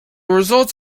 results